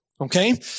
Okay